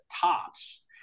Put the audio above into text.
TOPS